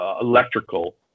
electrical